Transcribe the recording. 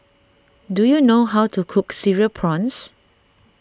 do you know how to cook Cereal Prawns